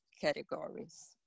categories